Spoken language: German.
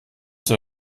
die